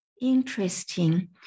Interesting